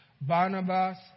Barnabas